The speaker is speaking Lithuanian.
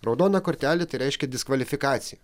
raudona kortelė tai reiškia diskvalifikaciją